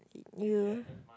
you